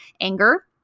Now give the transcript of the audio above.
anger